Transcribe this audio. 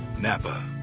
Napa